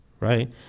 right